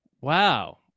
Wow